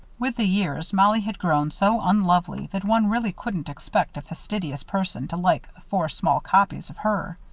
with the years, mollie had grown so unlovely that one really couldn't expect a fastidious person to like four small copies of her.